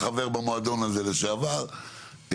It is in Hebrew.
חבר במועדון הזה לשעבר,